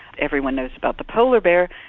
everyone knows about the polar bear,